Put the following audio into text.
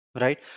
right